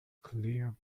clear